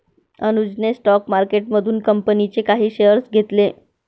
अनुजने स्टॉक मार्केटमधून कंपनीचे काही शेअर्स घेतले